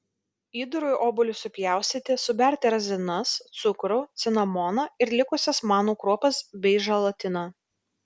įdarui obuolius supjaustyti suberti razinas cukrų cinamoną ir likusias manų kruopas bei želatiną